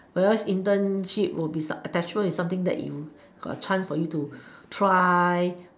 where as internship will be attachment with something that you got a chance for you to try